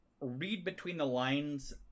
read-between-the-lines